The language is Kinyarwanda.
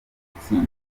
gutsinda